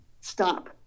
stop